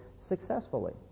successfully